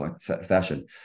fashion